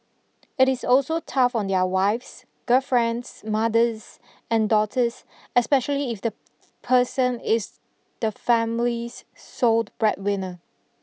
it is also tough on their wives girlfriends mothers and daughters especially if the person is the family's soled breadwinner